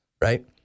Right